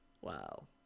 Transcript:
Wow